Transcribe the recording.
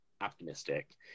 optimistic